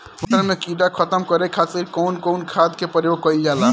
मटर में कीड़ा खत्म करे खातीर कउन कउन खाद के प्रयोग कईल जाला?